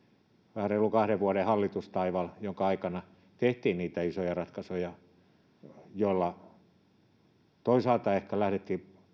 vähän reilun kahden vuoden hallitustaival jonka aikana tehtiin niitä isoja ratkaisuja joilla toisaalta ehkä lähdettiin